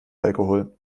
alkohol